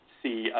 see